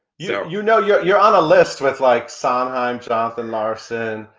yeah you know, you're you're on a list with like sondheim, jonathan larson,